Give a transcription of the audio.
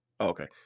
Okay